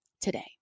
today